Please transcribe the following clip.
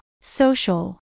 social